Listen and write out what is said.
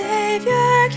Savior